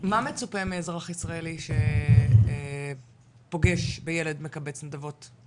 מה מצופה מאזרח ישראלי שפוגש בילד מקבץ נדבות?